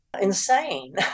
Insane